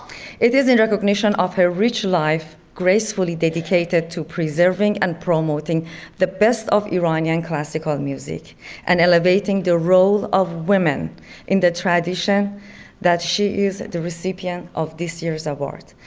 it is in recognition of her rich life gracefully dedicated to preserving and promoting the best of iranian classical music and elevating the role of women in the tradition that she is the recipient of this year's award.